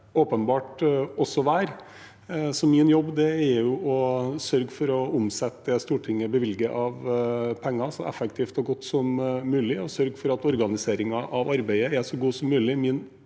åpenbart også være. Min jobb er å sørge for å omsette det Stortinget bevilger av penger, så effektivt og godt som mulig og sørge for at organiseringen av arbeidet er så god som mulig.